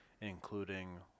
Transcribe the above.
including